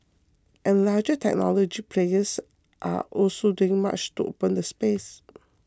and larger technology players are also doing much to open the space